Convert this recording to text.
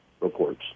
reports